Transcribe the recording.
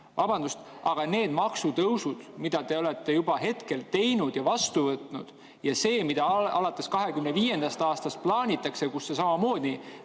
Vabandust, aga need maksutõusud, mida te olete juba teinud ja vastu võtnud, ja see, mida alates 2025. aastast plaanitakse, kus samamoodi